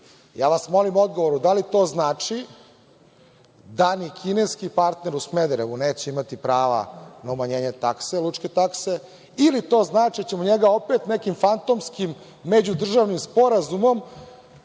vas molim za odgovor da li to znači da ni kineski partner u Smederevu neće imati prava na umanjenje takse, lučke takse, ili to znači da ćemo njega opet nekim fantomskim međudržavnim sporazumom,